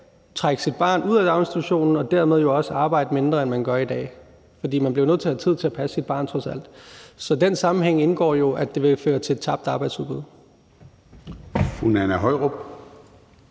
trække sit barn ud af daginstitutionen og dermed også arbejde mindre, end man gør i dag. For man bliver trods alt nødt til at have tid til at passe sit barn. Så i den sammenhæng indgår jo, at det vil føre til tabt arbejdsudbud.